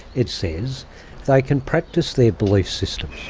it says they can practice their belief systems.